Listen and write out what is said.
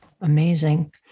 Amazing